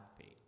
faith